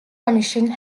commission